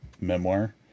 memoir